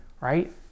right